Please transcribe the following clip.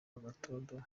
agatadowa